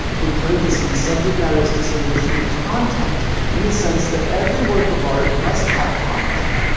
in parenthesis, subject matter's distinguished from content in the sense that every work of art must have content.